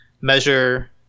measure